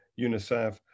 unicef